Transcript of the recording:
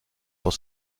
pour